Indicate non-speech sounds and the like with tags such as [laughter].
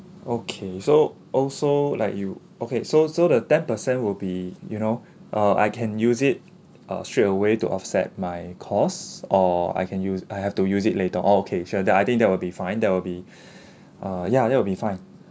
okay so also like you okay so so the ten percent will be you know uh I can use it uh straightaway to offset my cost or I can use I have to use it later oh okay sure that I think that will be fine that will be [breath] uh ya that will be fine